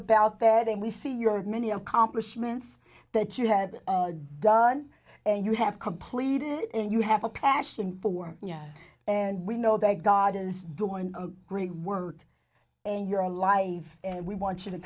about that and we see your many accomplishments that you have done and you have completed it and you have a passion for yeah and we know that god is doing a great word and you're alive and we want you to